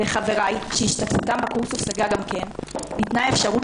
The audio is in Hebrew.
לחבריי שהשתתפותם בקורס הופסקה גם כן ניתנה אפשרות